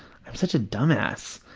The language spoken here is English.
i'm such a dumbass.